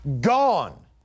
Gone